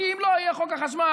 כי אם לא יהיה חוק החשמל,